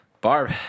Barb